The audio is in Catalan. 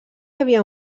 havia